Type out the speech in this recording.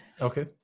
Okay